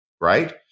Right